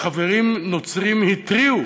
חברים נוצרים התריעו